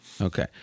Okay